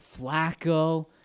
Flacco